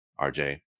RJ